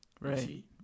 Right